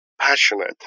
passionate